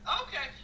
okay